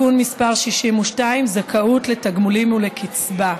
(תיקון מס' 62) זכאות לתגמולים ולקצבה.